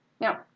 Now